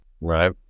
right